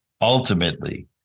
ultimately